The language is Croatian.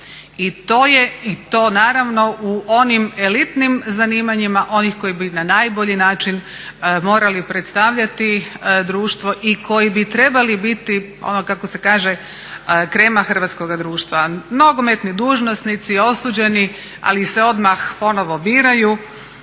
I to je, i to naravno u onim elitnim zanimanjima onih koji bi na najbolji način morali predstavljati društvo i koji bi trebali biti ono kako se kaže krema hrvatskoga društva. Nogometni dužnosnici osuđeni ali ih se odmah ponovo bira